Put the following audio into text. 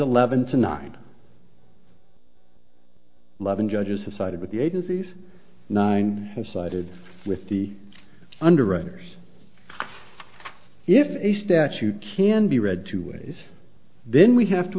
eleven to nine eleven judges to side with the agencies nine have sided with the underwriters if a statute can be read two ways then we have t